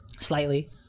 Slightly